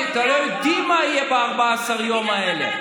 אתם לא יודעים מה יהיה ב-14 יום האלה,